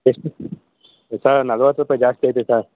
ಎಷ್ಟು ಸಾರ್ ನಲ್ವತ್ತು ರೂಪಾಯಿ ಜಾಸ್ತಿ ಆಯಿತು ಸರ್